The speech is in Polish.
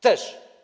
Też.